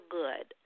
good